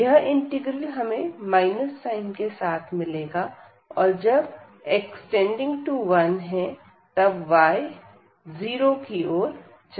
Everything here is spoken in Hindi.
यह इंटीग्रल हमें माइनस साइन के साथ मिलेगा और जब x→1 जाता है तब y →0 जाता है